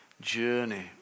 journey